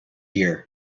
year